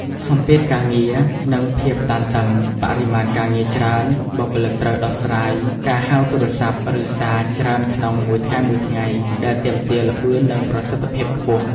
សម្ពាធការងារ និងភាពតានតឹង បរិមាណការងារច្រើន បុគ្គលិកត្រូវដោះស្រាយការហៅទូរស័ព្ទ (ឬសារ) ច្រើនក្នុងមួយថ្ងៃៗ ដែលទាមទារល្បឿន និងប្រសិទ្ធភាពខ្ពស់។